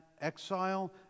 exile